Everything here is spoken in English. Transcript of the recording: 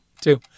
Two